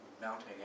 mounting